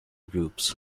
groups